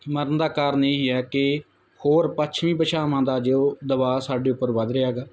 ਮਰਨ ਦਾ ਕਾਰਨ ਇਹ ਹੈ ਕਿ ਹੋਰ ਪੱਛਮੀ ਭਾਸ਼ਾਵਾਂ ਦਾ ਜੋ ਦਬਾਅ ਸਾਡੇ ਉੱਪਰ ਵੱਧ ਰਿਹਾ ਗਾ